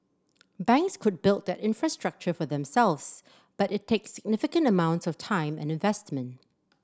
banks could build that infrastructure for themselves but it takes significant amounts of time and investment